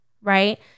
right